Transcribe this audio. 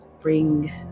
bring